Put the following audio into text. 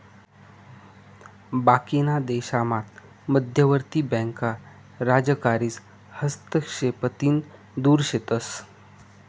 बाकीना देशामात मध्यवर्ती बँका राजकारीस हस्तक्षेपतीन दुर शेतस